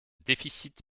déficit